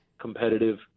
competitive